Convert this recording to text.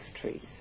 trees